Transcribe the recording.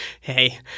Hey